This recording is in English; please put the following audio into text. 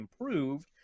improved